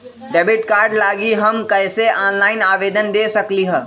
Debit card लागी हम कईसे ऑनलाइन आवेदन दे सकलि ह?